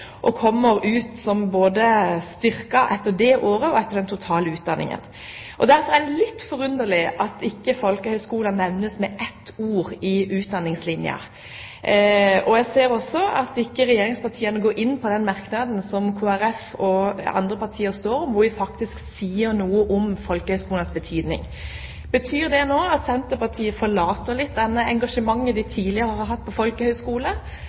og kommer ut som styrket både etter det året og etter den totale utdanningen. Derfor er det litt forunderlig at ikke folkehøyskolene nevnes med ett ord i meldingen Utdanningslinja. Jeg ser også at regjeringspartiene ikke går inn på den merknaden som Kristelig Folkeparti og andre partier står sammen om, hvor vi faktisk sier noe om folkehøyskolenes betydning. Betyr det at Senterpartiet nå forlater det engasjementet de tidligere har hatt